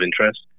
interest